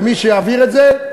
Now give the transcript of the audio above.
ומי שיעביר את זה,